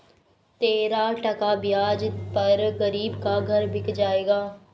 तेरह टका ब्याज पर गरीब का घर बिक जाएगा